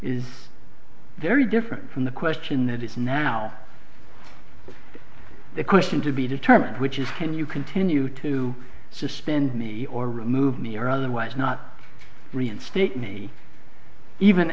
is very different from the question that is now the question to be determined which is can you continue to suspend me or remove me or otherwise not reinstate me even